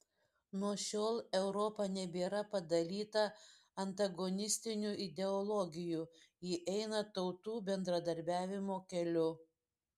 nuo šiol europa nebėra padalyta antagonistinių ideologijų ji eina tautų bendradarbiavimo keliu